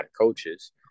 coaches